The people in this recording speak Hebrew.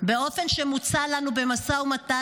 באופן שמוצע לנו במשא ומתן.